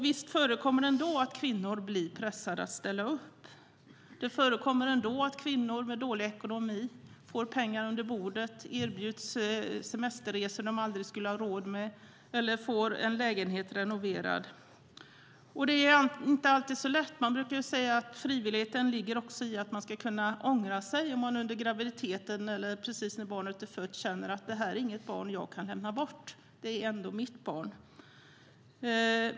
Visst förekommer det ändå att kvinnor blir pressade att ställa upp och att kvinnor med dålig ekonomi får pengar under bordet, erbjuds semesterresor de aldrig skulle ha råd med eller får en lägenhet renoverad. Det är inte alltid så lätt. Man brukar säga att frivilligheten också ligger i att man ska kunna ångra sig om man under graviditeten eller precis när barnet är fött känner att det här är inte ett barn jag kan lämna bort, för det är ändå mitt barn.